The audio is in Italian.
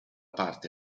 parte